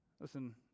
Listen